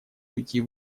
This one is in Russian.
уйти